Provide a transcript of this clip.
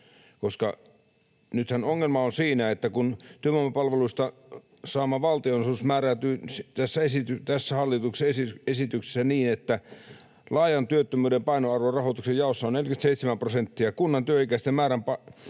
perä. Nythän ongelma on siinä, että kun työvoimapalveluista saatava valtionosuus määräytyy tässä hallituksen esityksessä niin, että laajan työttömyyden painoarvo rahoituksen jaossa on 47 prosenttia, kunnan työikäisten määrän painoarvo